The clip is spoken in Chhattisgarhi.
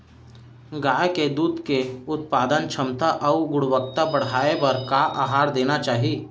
गाय के दूध के उत्पादन क्षमता अऊ गुणवत्ता बढ़ाये बर का आहार देना चाही?